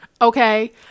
Okay